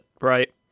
Right